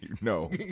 No